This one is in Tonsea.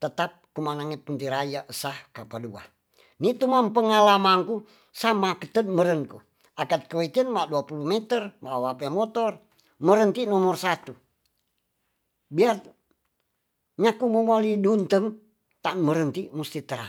tetap kumana nge punti raya sa kapadua nitu mam pengalamang ku sama ketet meren ku akat keweiten ma dua pulu meter ma wape motor meren ti nomor satu biar nyaku momali duntem ta meren ti musti tera